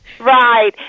Right